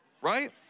right